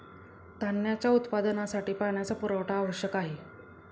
धान्याच्या उत्पादनासाठी पाण्याचा पुरवठा आवश्यक आहे